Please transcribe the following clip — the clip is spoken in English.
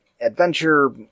adventure